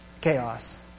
chaos